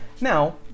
now